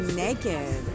naked